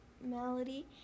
Melody